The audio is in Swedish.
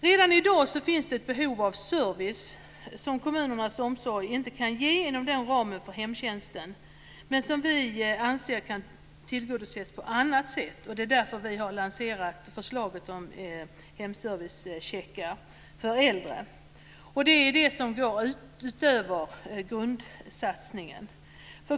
Redan i dag finns det ett behov av service som kommunernas omsorg inte kan ge inom ramen för hemtjänsten men som vi anser kan tillgodoses på annat sätt. Vi har därför lanserat förslaget om hemservicecheckar för äldre utöver det som ingår i grundsatsningen.